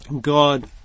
God